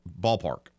Ballpark